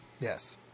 Yes